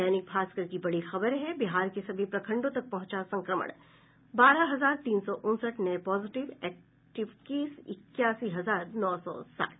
दैनिक भास्कर की बड़ी खबर है बिहार के सभी प्रखंडों तक पहुंचा संक्रमण बारह हजार तीन सौ उनसठ नये पॉजिटिव एक्टिव केस इक्यासी हजार नौ सौ साठ